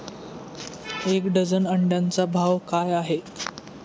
एक डझन अंड्यांचा भाव काय आहे?